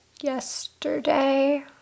yesterday